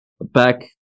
back